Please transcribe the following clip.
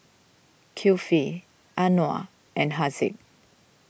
Kifli Anuar and Haziq